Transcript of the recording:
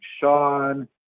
Sean